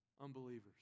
unbelievers